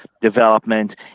development